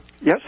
yes